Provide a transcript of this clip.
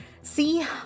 See